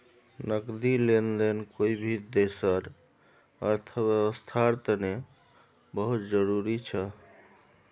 नकदी लेन देन कोई भी देशर अर्थव्यवस्थार तने बहुत जरूरी छ